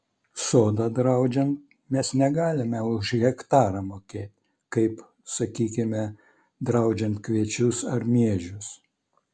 sodą draudžiant mes negalime už hektarą mokėt kaip sakykime draudžiant kviečius ar miežius